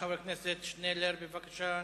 חבר הכנסת שנלר, בבקשה.